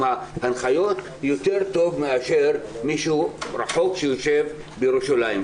ההנחיות יותר טוב מאשר מישהו רחוק שיושב בירושלים.